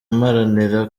mparanira